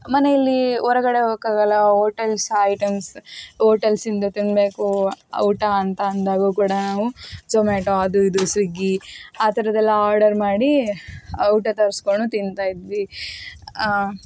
ಮನೆಯಲ್ಲಿ ಹೊರಗಡೆ ಹೋಗೋಕ್ಕಾಗಲ್ಲ ಹೋಟೆಲ್ಸ್ ಐಟಮ್ಸ್ ಹೋಟೆಲ್ಸಿಂದ ತಿನ್ನಬೇಕು ಊಟ ಅಂತ ಅಂದಾಗ ಕೂಡ ನಾವು ಝೊಮ್ಯಾಟೊ ಅದು ಇದು ಸ್ವಿಗ್ಗಿ ಆ ಥರದ್ದೆಲ್ಲ ಆರ್ಡರ್ ಮಾಡಿ ಊಟ ತರಿಸಿಕೊಂಡು ತಿಂತಾಯಿದ್ವಿ